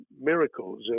miracles